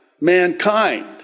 mankind